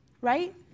right